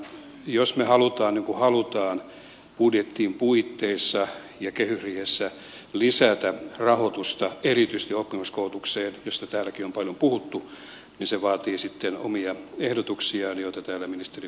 jos me haluamme niin kuin haluamme budjettiin puitteissa ja kehysriihessä lisätä rahoitusta erityisesti oppisopimuskoulutukseen josta täälläkin on paljon puhuttu niin se vaatii sitten omia ehdotuksiaan joita täällä ministeri gustafsson jo kertoi